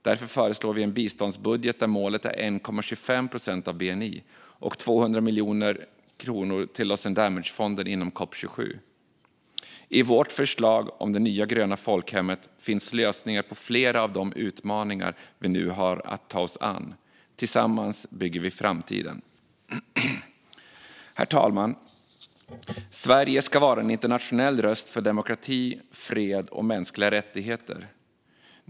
Därför föreslår vi en biståndsbudget där målet är 1,25 procent av bni och 200 miljoner kronor till loss and damage-fonden inom COP 27. I vårt förslag om det nya gröna folkhemmet finns lösningar på flera av de utmaningar vi nu har att ta oss an. Tillsammans bygger vi framtiden. Herr talman! Sverige ska vara en internationell röst för demokrati, fred och mänskliga rättigheter.